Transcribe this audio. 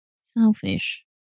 selfish